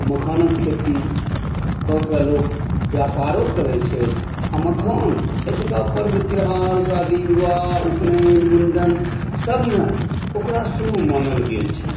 मखानक खेती कऽ कऽ लोक व्यापारो करैत छथि आ मखान एहिठुमका पर्व त्यौहार शादी विवाह उपनयन मुण्डनसभमे ओकरा शुभ मानल गेल छै